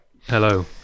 hello